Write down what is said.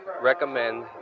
recommend